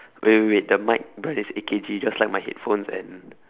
wait wait wait the mic brand is A_K_G just like my headphones and